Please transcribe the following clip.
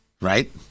right